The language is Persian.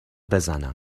بزنماینا